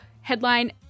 Headline